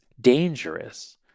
dangerous